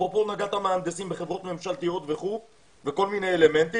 אפרופו דיברת על מהנדסים בחברת ממשלתיות וכולי וכל מינו אלמנטים.